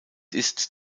ist